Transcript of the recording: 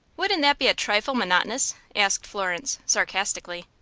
wouldn't that be a trifle monotonous? asked florence, sarcastically.